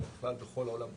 אלא בכלל בכל העולם כולו,